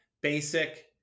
basic